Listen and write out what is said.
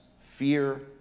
fear